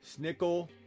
Snickle